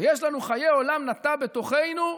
ויש לנו "חיי עולם נטע בתוכנו",